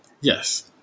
Yes